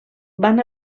van